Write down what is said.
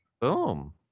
Boom